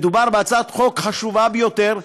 מדובר בהצעת חוק חשובה ביותר,